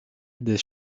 des